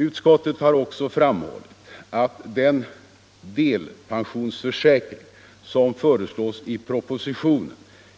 Utskottet har också framhållit att den delpensionsförsäkring som föreslås i propositionen